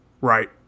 Right